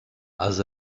els